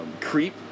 Creep